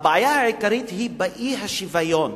הבעיה העיקרית היא באי-שוויון.